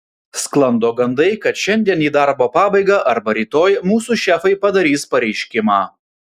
sklando gandai kad šiandien į darbo pabaigą arba rytoj mūsų šefai padarys pareiškimą